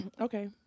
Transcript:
Okay